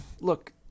look